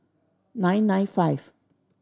nine nine five